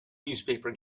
newspaper